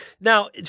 Now